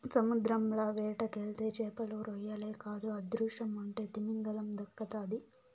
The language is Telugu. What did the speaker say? సముద్రంల వేటకెళ్తే చేపలు, రొయ్యలే కాదు అదృష్టముంటే తిమింగలం దక్కతాది